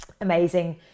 amazing